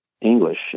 English